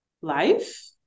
life